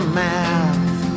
mouth